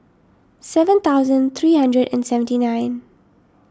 seven thousand three hundred and seventy nine